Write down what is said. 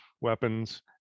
weapons